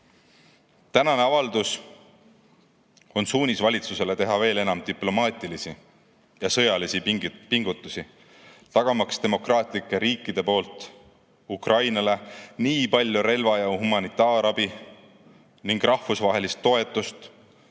Tänane avaldus on suunis valitsusele teha veel enam diplomaatilisi ja sõjalisi pingutusi, tagamaks demokraatlike riikide poolt Ukrainale nii palju relva- ja humanitaarabi ning rahvusvahelist toetust,